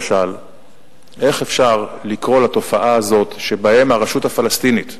איך אפשר לקרוא לתופעה הזאת, שבה הרשות הפלסטינית,